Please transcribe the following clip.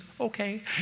okay